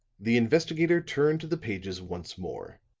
the investigator turned to the pages once more,